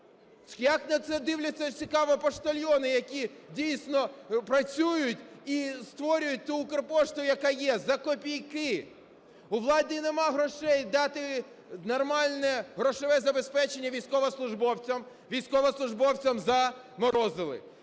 Як на це дивляться, цікаво, поштальйони, які, дійсно, працюють і створюють ту "Укрпошту", яка є, за копійки? У влади немає грошей дати нормальне грошове забезпечення військовослужбовцям, військовослужбовцям заморозили.